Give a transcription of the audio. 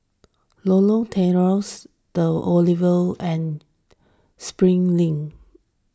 Lorong Tawas the Oval and Springleaf Link